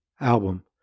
album